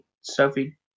Sophie